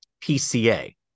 PCA